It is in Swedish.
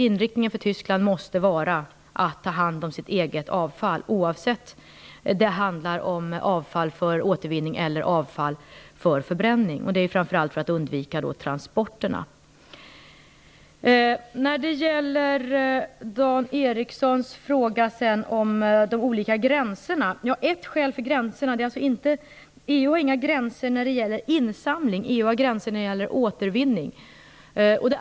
Inriktningen för tyskarna måste vara att ta hand om sitt eget avfall, oavsett om det handlar om avfall för återvinning eller för förbränning, framför allt för att undvika transporterna. Dan Ericsson ställde sedan en fråga om de olika gränserna. EU har inga gränser när det gäller insamling utan gränser för återvinning.